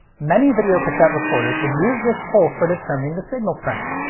many videocassette recorders would use this pulse for determining the signal strength.